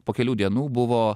po kelių dienų buvo